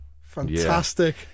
fantastic